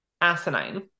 asinine